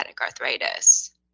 arthritis